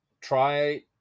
try